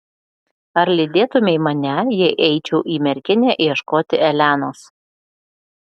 ar lydėtumei mane jei eičiau į merkinę ieškoti elenos